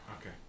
Okay